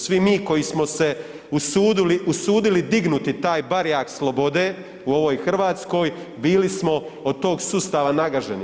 Svi mi koji smo se usudili dignuti taj barjak slobode u ovoj Hrvatskoj bili smo od tog sustava nagaženi.